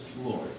Lord